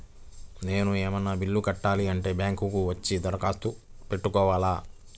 నేను ఏమన్నా బిల్లును కట్టాలి అంటే బ్యాంకు కు వచ్చి దరఖాస్తు పెట్టుకోవాలా?